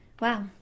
Wow